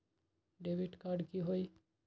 Debit card की होई?